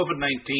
COVID-19